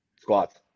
Squats